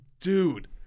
dude